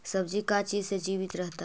सब्जी का चीज से जीवित रहता है?